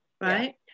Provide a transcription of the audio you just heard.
right